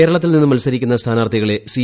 കേരളത്തിൽ നിന്ന് മത്സരിക്കുന്ന സ്ഥാനാർത്ഥികളെ സി